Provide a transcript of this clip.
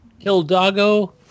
Hildago